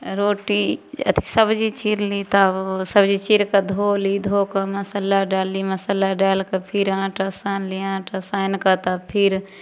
रोटी अथी सब्जी चीरली तब सब्जी चीर कऽ धोली धो कऽ मसाला डालली मसाला डालि कऽ फिर आटा सानली आटा सानि कऽ तब फिर